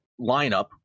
lineup